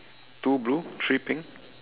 two blue three pink